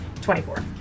24